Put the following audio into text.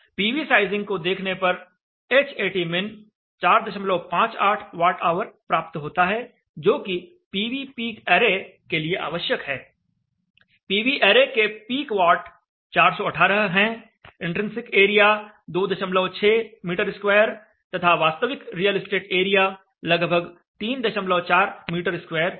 PV sizing को देखने पर Hatmin 458 वाट ऑवर प्राप्त होता है जो कि पीवी पीक ऐरे के लिए आवश्यक है पीवी ऐरे के पीक वाट 418 हैं इन्ट्रिंसिक एरिया 26 m2 तथा वास्तविक रियल इस्टेट एरिया लगभग 34 m2 है